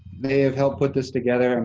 they have helped put this together. and